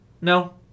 No